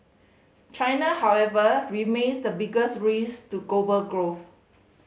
China however remains the biggest risk to growth